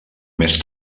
més